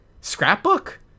scrapbook